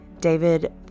David